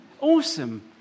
Awesome